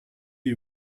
you